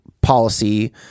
policy